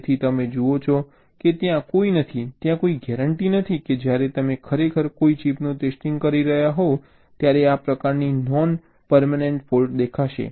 તેથી તમે જુઓ કે ત્યાં કોઈ નથી ત્યાં કોઈ ગેરેંટી નથી કે જ્યારે તમે ખરેખર કોઈ ચિપનું ટેસ્ટિંગ કરી રહ્યાં હોવ ત્યારે આ પ્રકારની નોન પરમેનન્ટ ફૉલ્ટ દેખાશે